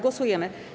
Głosujemy.